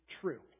true